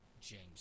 James